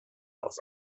aus